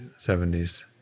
70s